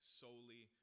solely